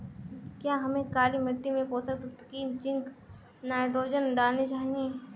क्या हमें काली मिट्टी में पोषक तत्व की जिंक नाइट्रोजन डालनी चाहिए?